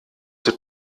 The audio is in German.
zur